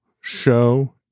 Show